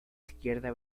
izquierda